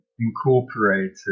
incorporated